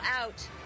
out